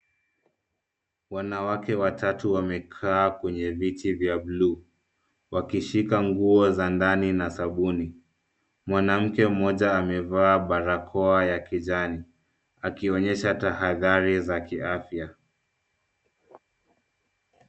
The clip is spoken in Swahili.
Wanawake watatu wamekaa kwenye viti vya bluu. Wakishika nguo za ndani na sabuni. Mwanamke mmoja amevaa barakoa ya kijani. Akionyesha tahadhari za kiafya.